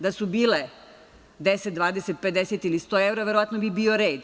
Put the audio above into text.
Da su bile 10, 20, 50 ili 100 evra verovatno bi bio red.